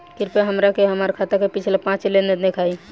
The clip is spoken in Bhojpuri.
कृपया हमरा के हमार खाता के पिछला पांच लेनदेन देखाईं